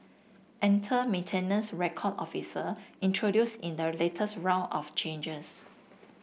enter maintenance record officer introduced in the latest round of changes